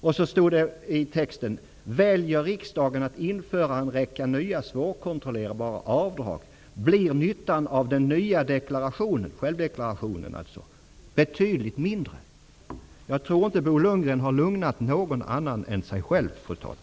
I texten framhölls: ''Väljer riksdagen att införa en räcka nya svårkontrollerbara avdrag, blir nyttan av den nya deklarationen'' -- dvs. självdeklarationen -- Jag tror inte att Bo Lundgren har lugnat någon annan än sig själv, fru talman.